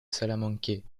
salamanque